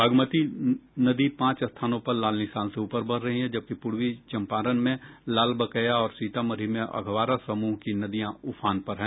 बागमती नदी पांच स्थानों पर लाल निशान से ऊपर बह रही है जबकि पूर्वी चंपारण में लालबकैया और सीतामढ़ी में अधवारा समूह की नदियां उफान पर हैं